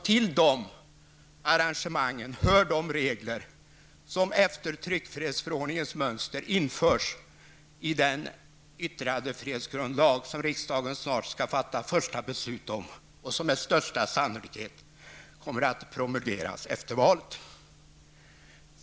Till de arrangemangen hör de regler som efter tryckfrihetsförordningens mönster införs i den yttrandefrihetsgrundlag som riksdagen snart skall fatta ett första beslut om och som med största sannolikhet kommer att promulgeras efter valet.